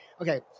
Okay